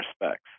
respects